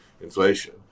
inflation